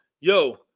Yo